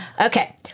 Okay